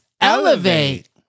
Elevate